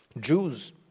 Jews